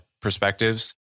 perspectives